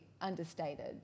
understated